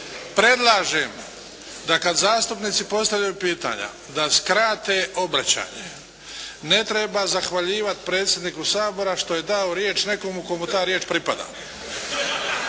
predlažem da kada zastupnici postavljaju pitanja, da skrate obraćanje, ne treba zahvaljivati predsjedniku Sabora što je dao riječ nekomu komu ta riječ pripada.